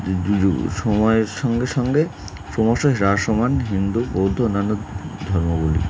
সময়ের সঙ্গে সঙ্গে সমস্ত রাসমান হিন্দু বৌদ্ধ অন্যান্য ধর্মগুলি